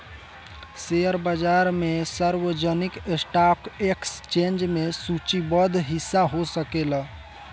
share बाजार में सार्वजनिक स्टॉक एक्सचेंज में सूचीबद्ध हिस्सा हो सकेला